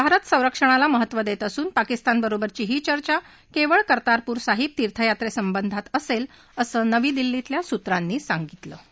भारत संरक्षणाला अतिशय महत्व देत असून पाकिस्तान बरोबरची ही चर्चा केवळ कर्तारपूर साहिब तीर्थयात्रा संबंधात असेल असं नवी दिल्लीतल्या सुत्रांनी सांगितलं आहे